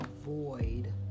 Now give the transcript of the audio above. avoid